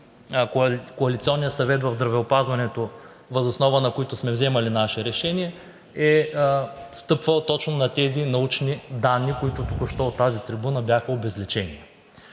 Коалиционния съвет в здравеопазването, въз основа на които сме вземали нашите решения, е стъпвал точно на тези научни данни, които току-що от тази трибуна бяха обезличени.